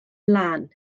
lân